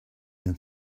then